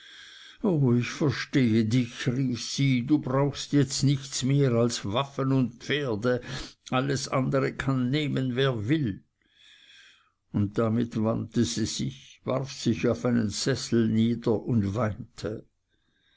oh ich verstehe dich rief sie du brauchst jetzt nichts mehr als waffen und pferde alles andere kann nehmen wer will und damit wandte sie sich warf sich auf einen sessel nieder und weinte